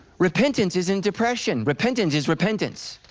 repentance isn't depression, repentance is repentance.